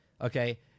Okay